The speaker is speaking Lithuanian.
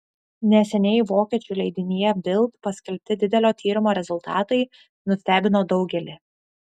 neseniai vokiečių leidinyje bild paskelbti didelio tyrimo rezultatai nustebino daugelį